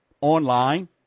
online